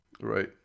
Right